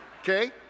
Okay